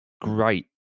great